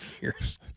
years